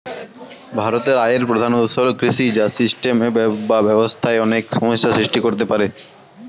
ভারতের আয়ের প্রধান উৎস হল কৃষি, যা সিস্টেমে বা ব্যবস্থায় অনেক সমস্যা সৃষ্টি করতে পারে